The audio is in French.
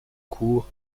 cour